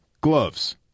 gloves